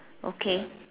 okay